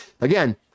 again